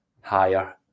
higher